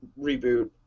reboot